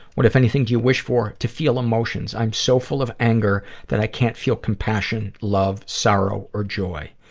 what, if anything, do you wish for? to feel emotions. i'm so full of anger that i can't feel compassion, love, sorrow, or joy.